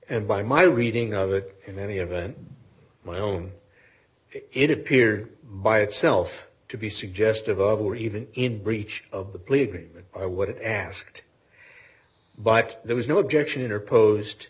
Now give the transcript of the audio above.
and by my reading of it in any event my home it appeared by itself to be suggestive of or even in breach of the plea agreement i would have asked but there was no objection or posed